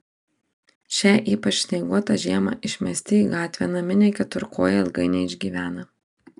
šią ypač snieguotą žiemą išmesti į gatvę naminiai keturkojai ilgai neišgyvena